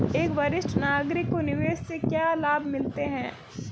एक वरिष्ठ नागरिक को निवेश से क्या लाभ मिलते हैं?